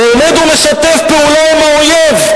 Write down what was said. הוא עומד ומשתף פעולה עם האויב,